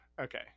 Okay